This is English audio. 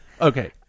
okay